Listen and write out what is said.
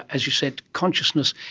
as you said, consciousness,